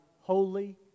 holy